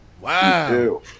Wow